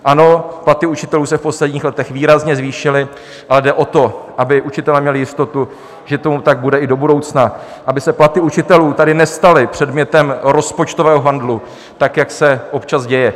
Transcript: Ano, platy učitelů se v posledních letech výrazně zvýšily, ale jde o to, aby učitelé měli jistotu, že tomu tak bude i do budoucna, aby se platy učitelů tady nestaly předmětem rozpočtového handlu, tak jak se občas děje.